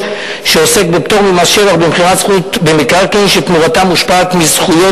שעוסק בפטור ממס שבח במכירת זכות במקרקעין שתמורתה מושפעת מזכויות